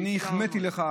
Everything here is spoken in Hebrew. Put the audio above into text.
אני החמאתי לך.